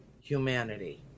humanity